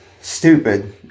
stupid